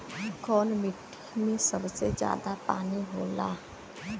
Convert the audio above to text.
कौन मिट्टी मे सबसे ज्यादा पानी होला?